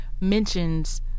mentions